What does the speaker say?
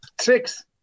Six